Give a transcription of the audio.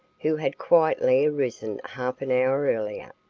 who had quietly arisen half an hour earlier.